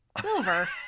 Silver